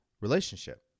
relationship